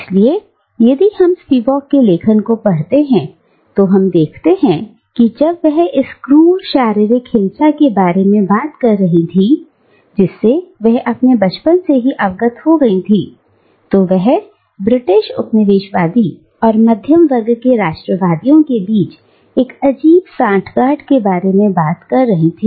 इसलिए यदि हम स्पिवक के लेखन को पढ़ते हैं तो हम देखते हैं कि जब वह इस क्रूर शारीरिक हिंसा के बारे में बात कर रही है जिससे वह अपने बचपन से ही अवगत हो गई थी तो वह ब्रिटिश उपनिवेशवादी और मध्यम वर्ग के राष्ट्र वादियों के बीच एक अजीब सांठगांठ के बारे में बात कर रही हैं